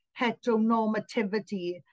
heteronormativity